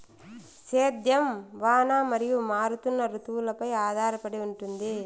సేద్యం వాన మరియు మారుతున్న రుతువులపై ఆధారపడి ఉంటుంది